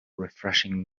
refreshing